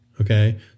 okay